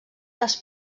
les